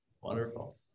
wonderful